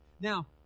Now